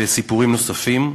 וסיפורים נוספים.